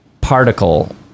particle